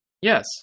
Yes